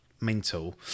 Mental